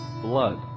blood